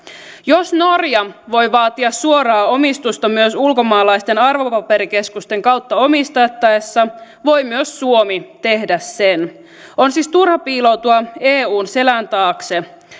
jos norja voi vaatia suoraa omistusta myös ulkomaalaisten arvopaperikeskusten kautta omistettaessa voi myös suomi tehdä sen on siis turha piiloutua eun selän taakse